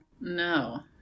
No